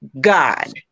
God